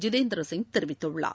ஜிதேந்திர சிங் தெரிவித்துள்ளார்